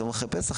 יום אחרי הפסח,